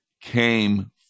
came